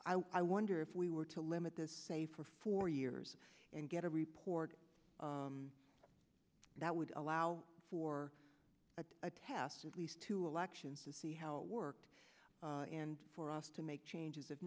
i wonder if we were to limit this say for four years and get a report that would allow for a test at least to elections to see how it worked and for us to make changes if